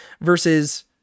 versus